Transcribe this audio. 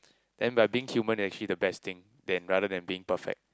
then by being human actually the best thing than rather than being perfect